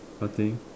nothing